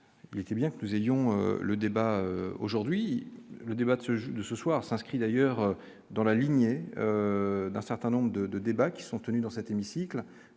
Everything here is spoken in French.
Il était bien que nous ayons le débat aujourd'hui le débat de ce jeu ce soir s'inscrit d'ailleurs dans la lignée d'un certain nombre de débats qui sont tenus dans cet hémicycle,